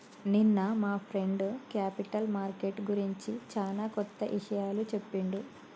నిన్న మా friend capital market గురించి చానా కొత్త ఇషయాలు చెప్పిండు